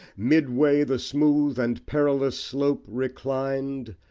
midway the smooth and perilous slope reclined,